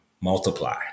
Multiply